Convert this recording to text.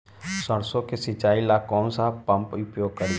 सरसो के सिंचाई ला कौन सा पंप उपयोग करी?